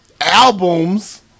Albums